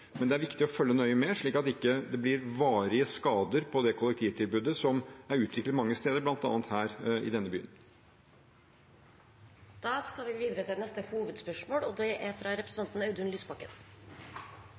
men det er viktig å følge nøye med, slik at det ikke blir varige skader på det kollektivtilbudet som er utviklet mange steder, bl.a. her i denne byen. Da går vi videre til neste hovedspørsmål.